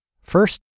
First